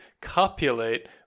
copulate